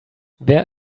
wer